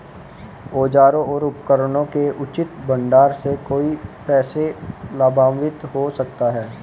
औजारों और उपकरणों के उचित भंडारण से कोई कैसे लाभान्वित हो सकता है?